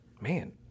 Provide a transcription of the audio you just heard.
Man